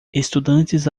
estudantes